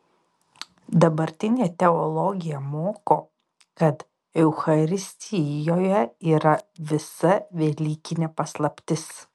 dabartinė teologija moko kad eucharistijoje yra visa velykinė paslaptis